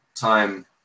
time